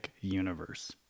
Universe